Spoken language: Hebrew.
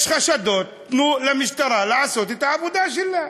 יש חשדות, תנו למשטרה לעשות את העבודה שלה,